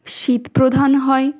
শীত প্রধান হয়